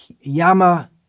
Yama